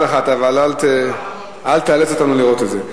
קודם, אבל, אל תאלץ אותנו לראות את זה.